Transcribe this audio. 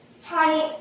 tiny